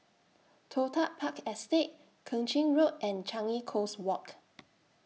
Toh Tuck Park Estate Keng Chin Road and Changi Coast Walk